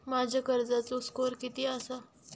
माझ्या कर्जाचो स्कोअर किती आसा?